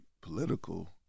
political